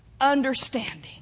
understanding